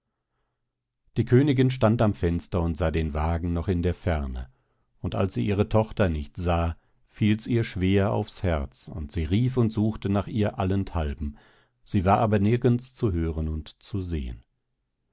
die königin stand am fenster und sah den wagen noch in der ferne und als sie ihre tochter nicht sah fiels ihr schwer aufs herz und sie rief und suchte nach ihr allenthalben sie war aber nirgends zu hören und zu sehen